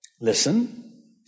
listen